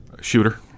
shooter